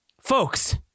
Folks